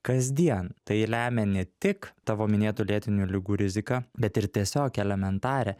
kasdien tai lemia ne tik tavo minėtų lėtinių ligų riziką bet ir tiesiog elementarią